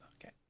okay